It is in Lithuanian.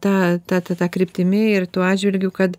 ta ta ta ta kryptimi ir tuo atžvilgiu kad